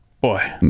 Boy